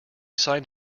signed